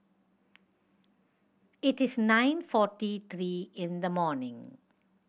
it is nine forty three in the morning